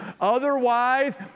Otherwise